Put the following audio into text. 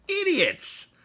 idiots